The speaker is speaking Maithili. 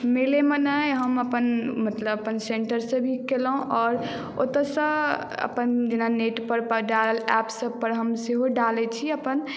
मेले मे नहि हम अपन मतलब अपन सेंटर से भी केलहुॅं आओर ओतऽ सँ अपन जेना नेट पर एप्प सब पर हम सेहो डालै छी अपन